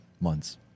Months